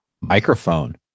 microphone